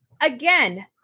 Again